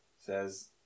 says